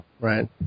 Right